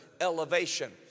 elevation